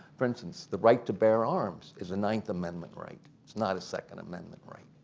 for instance, the right to bear arms is a ninth amendment right. it's not a second amendment right.